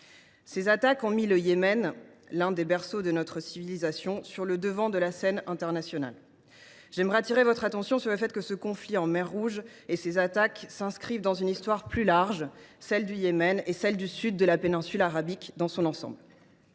Ces attaques ont mis le Yémen, l’un des berceaux de notre civilisation, sur le devant de la scène internationale. Je souhaiterais attirer votre attention, mes chers collègues, sur le fait que ce conflit en mer Rouge s’inscrit dans une histoire plus large, celle du Yémen et celle du sud de la péninsule arabique dans son ensemble.